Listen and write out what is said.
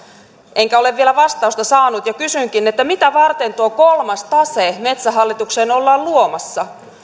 enkä ole vielä vastausta saanut ja kysynkin mitä varten tuo kolmas tase metsähallitukseen ollaan luomassa